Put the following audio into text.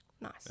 Nice